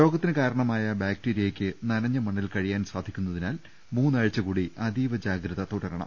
രോഗത്തിന് കാരണമായ ബാക്ടീരിയക്ക് നനഞ്ഞ മണ്ണിൽ കഴിയാൻ സാധിക്കുന്നിനാൽ മൂന്നാഴ്ച കൂടി അതീവജാഗ്രത തുട രണം